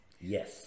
Yes